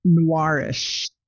noirish